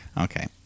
okay